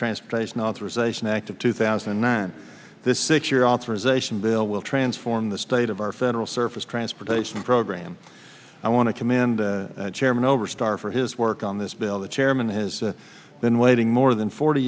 transportation authorization act of two thousand and nine this six year authorization bill will transform the state of our federal surface transportation program i want to commend chairman over starr for his work on this bill the chairman has been waiting more than forty